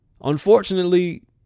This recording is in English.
unfortunately